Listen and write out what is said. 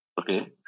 okay